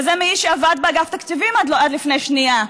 וזה מאיש שעבד באגף תקציבים עד לפני שנייה,